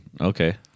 Okay